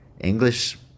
English